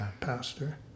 pastor